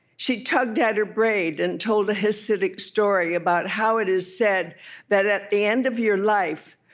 she tugged at her braid and told a hasidic story about how it is said that at the end of your life,